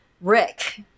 rick